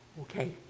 Okay